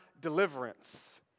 deliverance